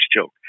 joke